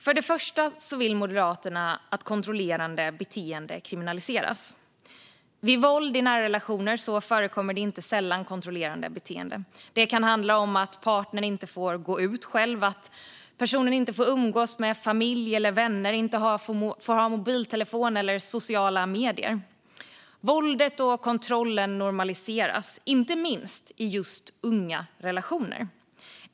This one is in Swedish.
Det första förslaget handlar om att Moderaterna vill att kontrollerande beteende kriminaliseras. Vid våld i nära relationer förekommer det inte sällan kontrollerande beteende. Det kan handla om att partnern inte få gå ut själv, inte får umgås med familj eller vänner eller inte får ha mobiltelefon eller sociala medier. Våldet och kontrollen normaliseras, inte minst i just unga relationer.